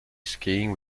skiing